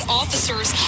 officers